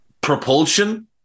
propulsion